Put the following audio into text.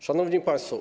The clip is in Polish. Szanowni Państwo!